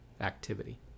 activity